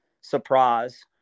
surprise